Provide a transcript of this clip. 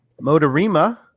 Motorima